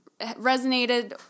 resonated